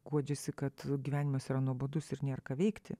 guodžiasi kad gyvenimas yra nuobodus ir nėr ką veikti